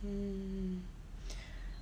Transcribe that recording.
mm